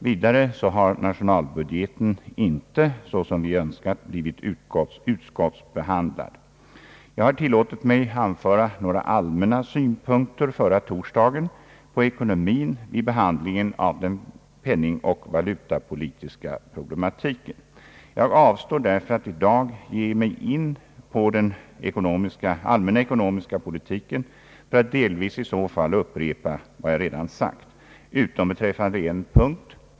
Vidare har nationalbudgeten inte, som vi önskat, blivit utskottsbehandlad. Jag har tillåtit mig att anföra några allmänna synpunkter på ekonomin vid behandlingen förra torsdagen av den penningoch valutapolitiska problematiken. Jag avstår därför från att ge mig in på den allmänna ekonomiska politiken och delvis i så fall upprepa vad jag redan sagt, utom beträffande en punkt.